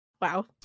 Wow